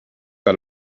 got